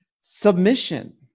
submission